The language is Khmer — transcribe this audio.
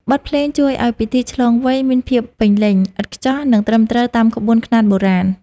បទភ្លេងជួយឱ្យពិធីឆ្លងវ័យមានភាពពេញលេញ ឥតខ្ចោះ និងត្រឹមត្រូវតាមក្បួនខ្នាតបុរាណ។